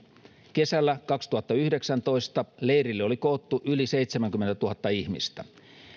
kesällä kaksituhattayhdeksäntoista leirille oli koottu yli seitsemänkymmentätuhatta ihmistä